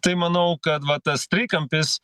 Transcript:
tai manau kad va tas trikampis